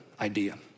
idea